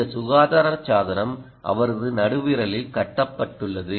இந்த சுகாதார சாதனம் அவரது நடுவிரலில் கட்டப்பட்டுள்ளது